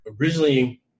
Originally